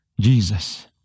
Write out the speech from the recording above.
Jesus